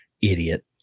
idiot